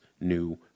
new